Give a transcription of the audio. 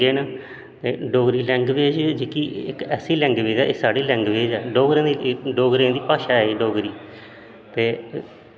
बड़ेचंगे न ते डोगरी लैंग्वेज़ गी बड़ी इक ऐसी लैंग्वेज़ ऐ एह् साढ़ी लैंग्वेज़ ऐ डोगरें दी भासा ऐ डोगरी ते